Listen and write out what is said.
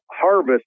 harvest